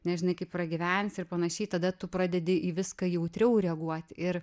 nežinai kaip pragyvensi ir panašiai tada tu pradedi į viską jautriau reaguot ir